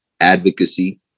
advocacy